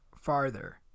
farther